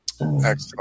Excellent